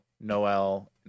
Noel